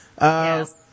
Yes